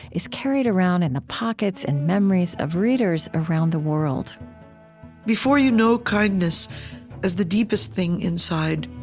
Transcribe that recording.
is carried around in the pockets and memories of readers around the world before you know kindness as the deepest thing inside,